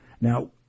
Now